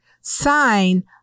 sign